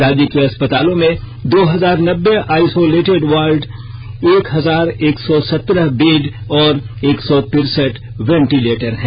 राज्य के अस्पतालों में दो हजार नब्बे आइसोलेटेड वार्ड एक हजार एक सौ सत्रह बेड और एक सौ तिरसठ वेंटिलेटर हैं